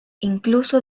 incluso